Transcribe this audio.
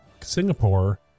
Singapore